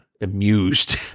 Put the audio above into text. amused